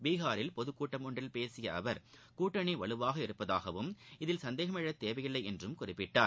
பீகாரில் பொதுக்கூட்டம் ஒன்றில் பேசிய அவர் கூட்டணி வலுவாக உள்ளதாகவும் இதில் சந்தேகம் எழத் தேவையில்லை என்றும் குறிப்பிட்டார்